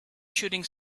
shooting